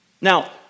Now